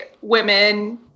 women